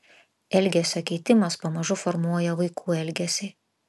elgesio keitimas pamažu formuoja vaikų elgesį